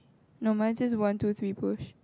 no my just one two three push